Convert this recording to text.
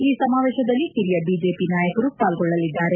ಈ ಸಮಾವೇಶದಲ್ಲಿ ಹಿರಿಯ ಬಿ ಜೆ ಪಿ ನಾಯಕರು ಪಾಲ್ಗೊಳ್ಳಲಿದ್ದಾರೆ